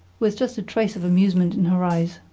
with just a trace of amusement in her eyes.